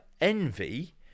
envy